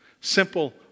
simple